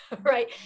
right